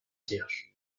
vierge